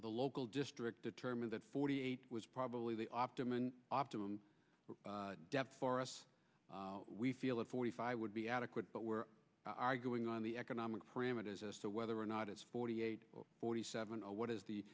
the local district determine that forty eight was probably the optimum optimum for us we feel that forty five would be adequate but we're arguing on the economic parameters as to whether or not it's forty eight forty seven or what is the